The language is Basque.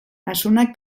asunak